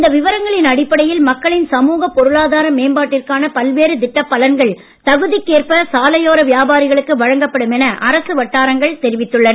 இந்த விவரங்களின் அடிப்படையில் மக்களின் சமூகப் பொருளாதார மேம்பாட்டிற்கான பல்வேறு திட்டப் பலன்கள் தகுதிக்கேற்ப சாலையோர வியாபாரிகளுக்கு வழங்கப்படும் என அரசு வட்டாரங்கள் தெரிவித்துள்ளன